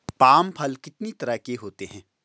Palm फल कितनी तरह के होते हैं?